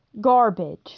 garbage